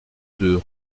deux